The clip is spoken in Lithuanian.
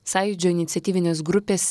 sąjūdžio iniciatyvinės grupės